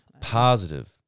positive